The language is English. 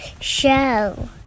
show